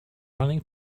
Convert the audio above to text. running